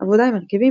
עבודה עם הרכבים,